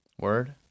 word